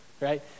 right